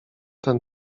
ten